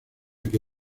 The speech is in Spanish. que